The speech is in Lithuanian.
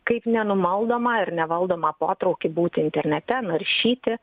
kaip nenumaldomą ir nevaldomą potraukį būti internete naršyti